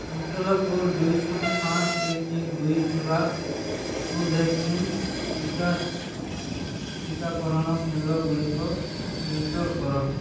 ଅଞ୍ଚଳ କୋଡ଼୍ ଦୁଇ ଶୂନ ପାଞ୍ଚ ଏକ ଏକ ଦୁଇ ଥିବା କୋଭ୍ୟାକ୍ସିନ୍ ଟିକା ଟିକାକରଣ କେନ୍ଦ୍ର ଗୁଡ଼ିକ ଫିଲ୍ଟର୍ କର